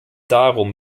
darum